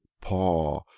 paw